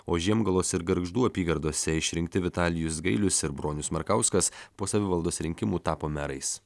o žiemgalos ir gargždų apygardose išrinkti vitalijus gailius ir bronius markauskas po savivaldos rinkimų tapo merais